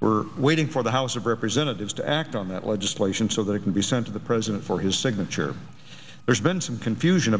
we're waiting for the house of representatives to act on that legislation so they can be sent to the president for his signature there's been some confusion